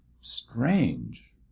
strange